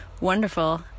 wonderful